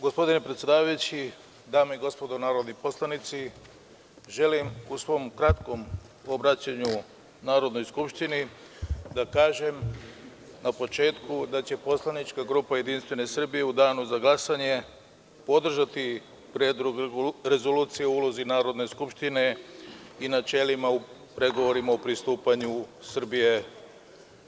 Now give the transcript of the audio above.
Gospodine predsedavajući, dame i gospodo narodni poslanici, želim u svom kratkom obraćanju Narodnoj skupštini da kažem, na početku, da će poslanička grupa JS, u danu za glasanje, podržati Predlog rezolucije o ulozi Narodne skupštine i načelima u pregovorima pristupanju Srbije EU.